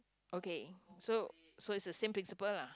okay so so it's the same principle lah